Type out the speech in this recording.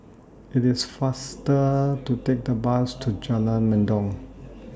IT IS faster to Take The Bus to Jalan Mendong